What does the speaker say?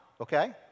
Okay